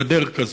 גדר כזאת.